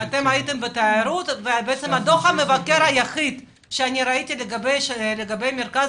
דוח המבקר היחיד שראיתי לגבי המרכז